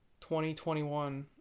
2021